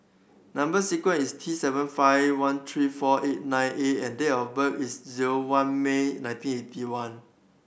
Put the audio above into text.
number sequence is T seven five one three four eight nine A and date of birth is zero one May nineteen eighty one